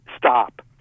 stop